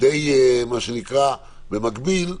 די מה שנקרא במקביל,